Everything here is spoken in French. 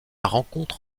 rencontre